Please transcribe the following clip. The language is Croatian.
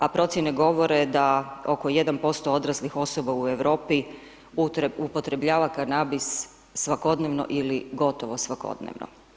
A procjene govore da oko 1% odraslih osoba u Europi upotrebljava kanabis svakodnevno ili gotovo svakodnevno.